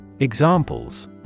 Examples